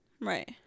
Right